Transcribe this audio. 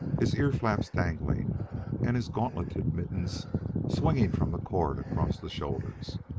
his ear-flaps dangling and his gauntleted mittens swinging from the cord across the shoulders.